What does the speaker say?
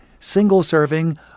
single-serving